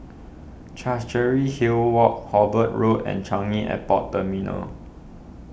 Chancery Hill Walk Hobart Road and Changi Airport Terminal